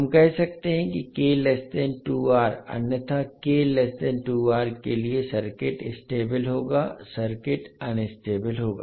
हम कह सकते हैं कि अन्यथा के लिए सर्किट स्टेबल होगा सर्किट अनस्टेबल होगा